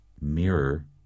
mirror